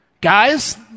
Guys